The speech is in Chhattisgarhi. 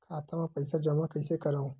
खाता म पईसा जमा कइसे करव?